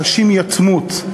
חשים יתמות,